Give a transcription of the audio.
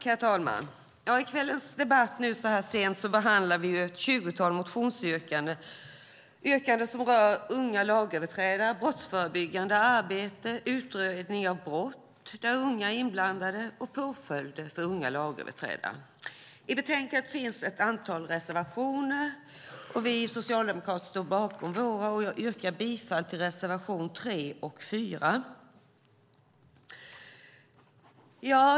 Herr talman! Så här sent i kvällens debatt behandlar vi ett tjugotal motionsyrkanden. Det är yrkanden som rör unga lagöverträdare, brottsförebyggande arbete, utredning av brott där unga är inblandade och påföljder för unga lagöverträdare. I betänkandet finns ett antal reservationer, och vi socialdemokrater står bakom våra. Jag yrkar bifall till reservationerna 3 och 4.